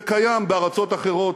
זה קיים בארצות אחרות.